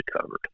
covered